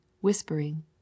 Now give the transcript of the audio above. whispering